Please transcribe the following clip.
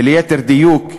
וליתר דיוק,